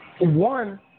One